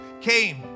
came